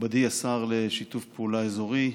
מכובדי השר לשיתוף פעולה אזורי,